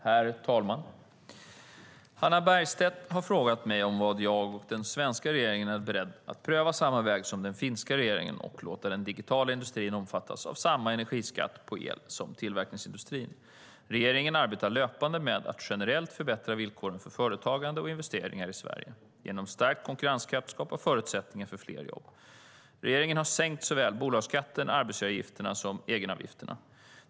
Herr talman! Hannah Bergstedt har frågat mig om jag och den svenska regeringen är beredd att pröva samma väg som den finska regeringen och låta den digitala industrin omfattas av samma energiskatt på el som tillverkningsindustrin. Regeringen arbetar löpande med att generellt förbättra villkoren för företagande och investeringar i Sverige. Genom stärkt konkurrenskraft skapas förutsättningar för fler jobb. Regeringen har sänkt såväl bolagsskatten som arbetsgivaravgifterna och egenavgifterna.